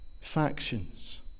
factions